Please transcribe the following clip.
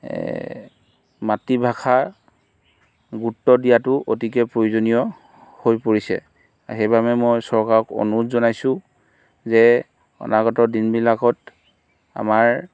মাতৃভাষাৰ গুৰুত্ব দিয়াতো অতিকৈ প্ৰয়োজনীয় হৈ পৰিছে সেইবাবে মই চৰকাৰক অনুৰোধ জনাইছোঁ যে অনাগত দিনবিলাকত আমাৰ